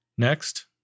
Next